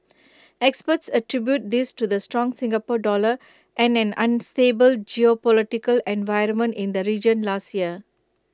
experts attribute this to the strong Singapore dollar and an unstable geopolitical environment in the region last year